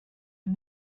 ond